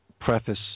preface